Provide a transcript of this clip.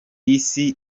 isi